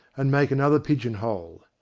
and make another pigeon-hole.